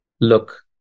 look